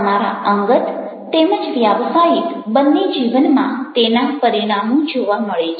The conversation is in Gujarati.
તમારા અંગત તેમજ વ્યાવસાયિક બન્ને જીવનમાં તેના પરિણામો જોવા મળે છે